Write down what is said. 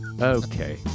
Okay